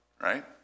right